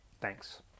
Thanks